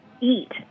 eat